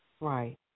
Right